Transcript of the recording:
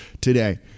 today